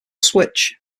switch